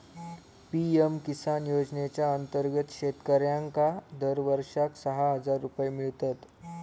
PM Kisan योजनेच्या अंतर्गत शेतकऱ्यांका दरवर्षाक सहा हजार रुपये मिळतत